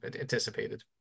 anticipated